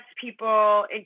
people